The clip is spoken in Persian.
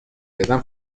زدم